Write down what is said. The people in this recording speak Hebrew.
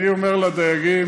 אני אומר לדייגים,